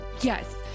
yes